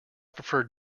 prefer